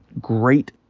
great